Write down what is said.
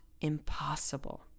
impossible